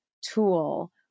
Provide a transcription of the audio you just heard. tool